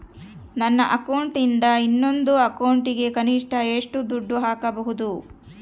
ನನ್ನ ಅಕೌಂಟಿಂದ ಇನ್ನೊಂದು ಅಕೌಂಟಿಗೆ ಕನಿಷ್ಟ ಎಷ್ಟು ದುಡ್ಡು ಹಾಕಬಹುದು?